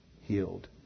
healed